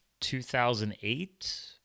2008